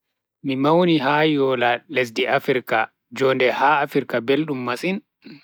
Miu mauni ha yola lesdi africa, jonde ha africa beldum masin.